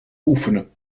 oefenen